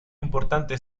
importante